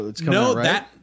No